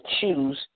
choose